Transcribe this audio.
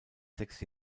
sechs